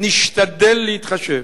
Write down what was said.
נשתדל להתחשב.